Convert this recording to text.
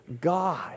God